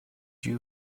you